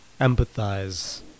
empathize